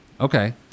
Okay